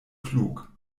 klug